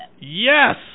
yes